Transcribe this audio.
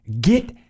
get